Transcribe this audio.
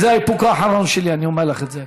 זה האיפוק האחרון שלי, אני אומר לך את זה.